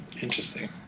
Interesting